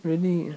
really